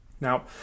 Now